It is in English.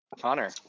Connor